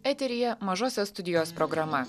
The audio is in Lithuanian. eteryje mažosios studijos programa